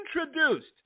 introduced